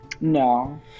No